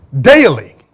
Daily